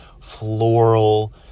floral